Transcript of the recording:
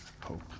hope